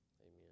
amen